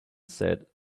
said